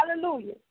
hallelujah